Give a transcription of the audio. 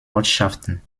ortschaften